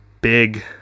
big